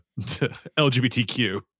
LGBTQ